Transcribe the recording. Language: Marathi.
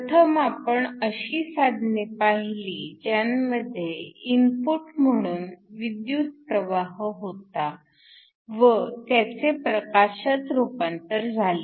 प्रथम आपण अशी साधने पाहिली ज्यांमध्ये इनपुट म्हणून विद्युत प्रवाह होता व त्याचे प्रकाशात रूपांतर झाले